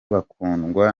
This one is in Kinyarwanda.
bakundwa